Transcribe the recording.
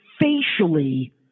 facially